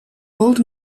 old